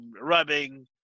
rubbing